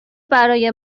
برای